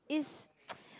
is